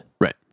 Right